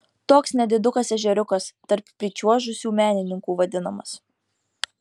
toks nedidukas ežeriukas taip pričiuožusių menininkų vadinamas